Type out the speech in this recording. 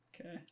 okay